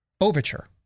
overture